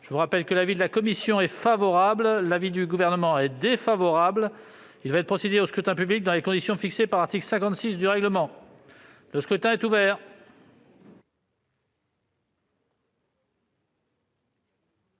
Je rappelle que l'avis de la commission est favorable et que celui du Gouvernement est défavorable. Il va être procédé au scrutin dans les conditions fixées par l'article 56 du règlement. Le scrutin est ouvert.